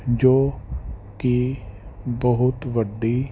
ਜੋ ਕਿ ਬਹੁਤ ਵੱਡੀ